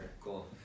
Cool